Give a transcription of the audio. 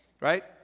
Right